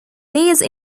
these